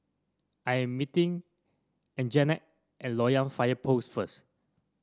I am meeting Anjanette at Loyang Fire Post first